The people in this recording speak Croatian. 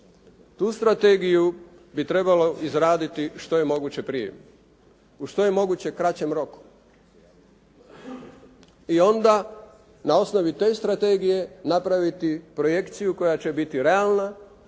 Tu strategiju bi trebalo izraditi što je moguće prije u što je moguće kraćem roku i onda na osnovi te strategije napraviti projekciju koja će biti realna,